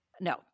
No